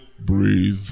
breathe